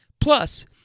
plus